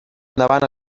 endavant